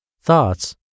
Thoughts